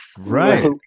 Right